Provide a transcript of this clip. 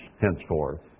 henceforth